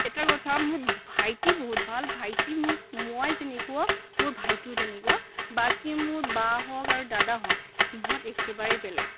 এটা কথা মোৰ ভাইটি বহুত ভাল ভাইটি মোৰ মই যেনেকুৱা মোৰ ভাইটিও তেনেকুৱা বাকী মোৰ বা হওক আৰু দাদা হওক সিহঁত একেবাৰে বেলেগ